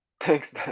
Thanks